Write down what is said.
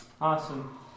Awesome